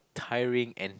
tiring and